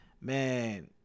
man